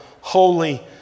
holy